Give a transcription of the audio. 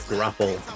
Grapple